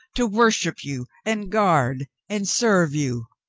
to worship you and guard and serve you,